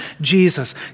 Jesus